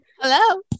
Hello